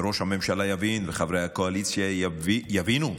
וראש הממשלה יבין, וחברי הקואליציה יבינו,